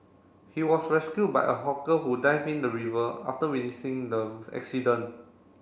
he was rescued by a hawker who dived in the river after witnessing the accident